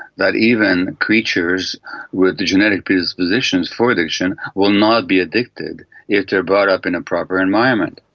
that even creatures with the genetic predispositions for addiction will not be addicted if they are brought up in a proper environment.